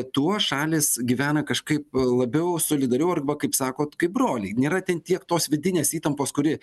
tuo šalys gyvena kažkai labiau solidariau arba kaip sakot kaip broliai nėra ten tiek tos vidinės įtampos kuri